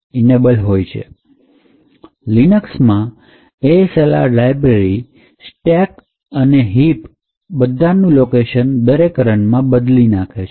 Linux માં ASLR library stack અને heap બધા નું લોકેશન દરેક રનમાં બદલી નાખે છે